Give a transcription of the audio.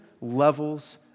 levels